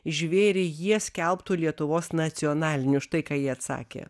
žvėrį jie skelbtų lietuvos nacionaliniu štai ką jie atsakė